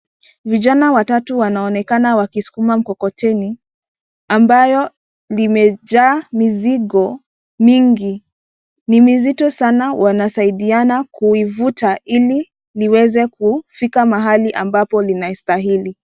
Vijana watatu wanaonekana wakisukuma mkokoteni, ambayo limejaa mizigo mingi. Ni mizito sana, wanasaidiana kuivuta ili liweze kufika mahali ambapo linastahili.